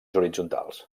horitzontals